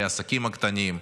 לעסקים הקטנים,